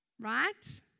right